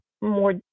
more